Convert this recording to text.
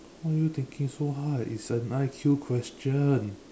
why are you thinking so hard it's an I_Q question